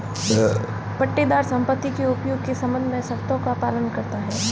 पट्टेदार संपत्ति के उपयोग के संबंध में शर्तों का पालन करता हैं